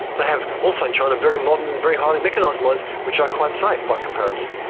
they have also in china, very modern, very highly mechanised mines which are quite safe by comparison,